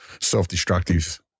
self-destructive